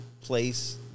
place